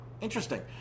interesting